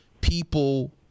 people